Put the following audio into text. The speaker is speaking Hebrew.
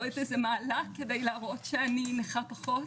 עוד איזה מהלך כדי להראות שאני נכה פחות.